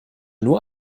nur